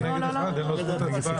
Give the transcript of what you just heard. זה לא נגד אחד, אין לו זכות הצבעה.